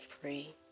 free